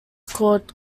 called